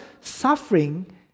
suffering